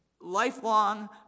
lifelong